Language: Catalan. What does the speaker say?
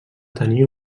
tenir